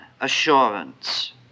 assurance